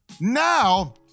now